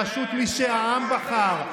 בראשות מי שהעם בחר,